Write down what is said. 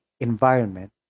environment